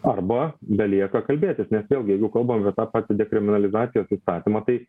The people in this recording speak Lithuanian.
arba belieka kalbėtis nes vėlgi jeigu kalbam apie tą patį dekriminalizacijos įstatymą tai